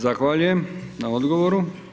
Zahvaljujem na odgovoru.